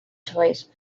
twice